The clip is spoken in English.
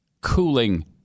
cooling